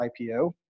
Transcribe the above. ipo